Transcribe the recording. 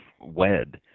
Wed